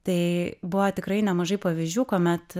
tai buvo tikrai nemažai pavyzdžių kuomet